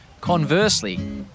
Conversely